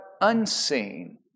unseen